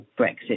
Brexit